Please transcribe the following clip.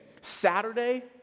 Saturday